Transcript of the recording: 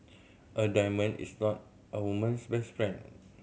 a diamond is not a woman's best friend